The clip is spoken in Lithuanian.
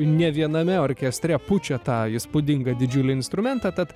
ne viename orkestre pučia tą įspūdingą didžiulį instrumentą tad